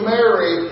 Mary